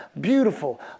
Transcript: beautiful